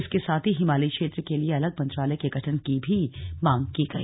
इसके साथ ही हिमालय क्षेत्र के लिए अलग मंत्रालय के गठन की मांग भी की गई